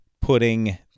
putting